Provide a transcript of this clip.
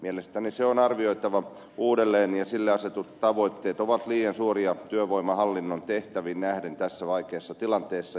mielestäni se on arvioitava uudelleen ja sille asetetut tavoitteet ovat liian suuria työvoimahallinnon tehtäviin nähden tässä vaikeassa tilanteessa